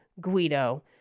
Guido